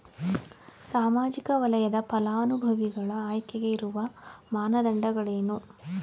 ಸಾಮಾಜಿಕ ವಲಯದ ಫಲಾನುಭವಿಗಳ ಆಯ್ಕೆಗೆ ಇರುವ ಮಾನದಂಡಗಳೇನು?